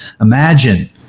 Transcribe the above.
imagine